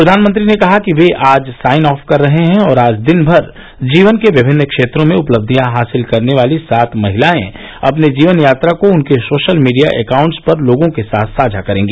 प्रधानमंत्री ने कहा कि वे आज साइन ऑफ कर रहे हैं और आज दिन भर जीवन के विभिन्न क्षेत्रों में उपलब्धियां हासिल करने वाली सात महिलायें अपनी जीवन यात्रा को उनके सोशल मीडिया एकाउंट्स पर लोगों के साथ साझा करेगी